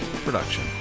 production